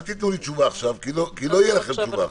אל תיתנו לי תשובה עכשיו, כי לא תהיה לכם תשובה.